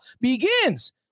begins